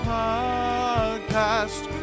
podcast